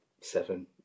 seven